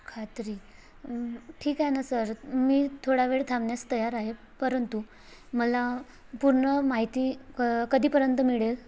खात्री ठीक आहे ना सर मी थोडा वेळ थांबण्यास तयार आहे परंतु मला पूर्ण माहिती क कधीपर्यंत मिळेल